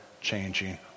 changing